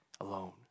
alone